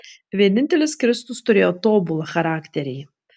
vienintelis kristus turėjo tobulą charakterį